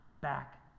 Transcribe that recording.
back